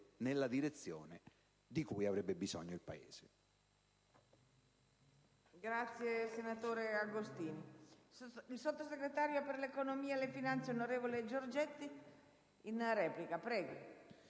nella direzione di cui avrebbe bisogno il Paese.